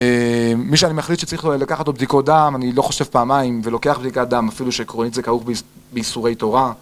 מי שאני מחליט שצריך לקחת אותו בדיקות דם, אני לא חושב פעמיים ולוקח בדיקת דם אפילו שעקרונית זה כאוב ביסורי תורה